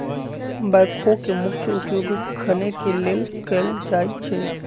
backhoe के मुख्य उपयोग खने के लेल कयल जाइ छइ